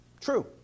True